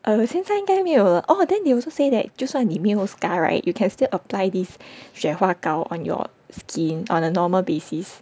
oh 我现在应该没有了 oh then they also say that 就算你没有 scar right you can still apply this 雪花膏 on your skin on a normal basis